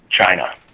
China